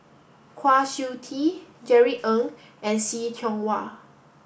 Kwa Siew Tee Jerry Ng and See Tiong Wah